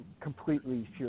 completely